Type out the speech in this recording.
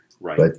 Right